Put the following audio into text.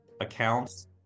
accounts